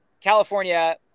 California